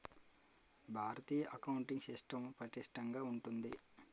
భారతీయ accounting system పటిష్టంగా ఉంటుంది